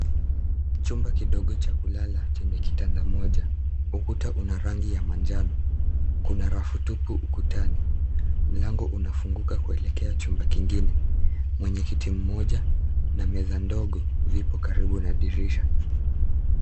Chumba kidogo cha kulala chenye kitanda moja. Ukuta una rangi ya manjano. Kuna rafu tupu ukutani. Mlango unafunguka kuelekea chumba kingine. Mwenyekiti moja na meza ndogo vipo karibu na dirisha.